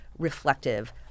reflective